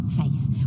faith